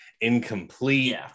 incomplete